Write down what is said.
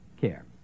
care